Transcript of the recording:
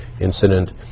incident